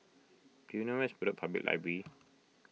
do you know where is Bedok Public Library